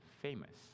famous